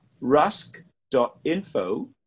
rusk.info